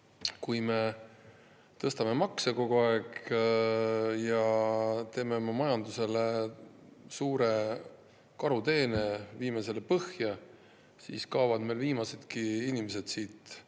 Kui me tõstame makse kogu aeg ja teeme oma majandusele suure karuteene, viime selle põhja, siis kaovad viimasedki tööjõulised